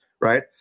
Right